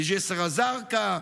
מג'יסר א-זרקא.